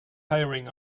hiring